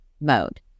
mode